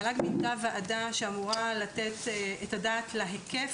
המל"ג מינתה ועדה שהייתה אמורה לתת את הדעת להיקף,